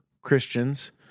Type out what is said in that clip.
Christians